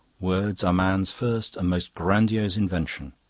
words are man's first and most grandiose invention.